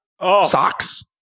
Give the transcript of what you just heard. socks